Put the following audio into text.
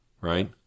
right